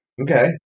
Okay